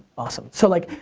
awesome. so like,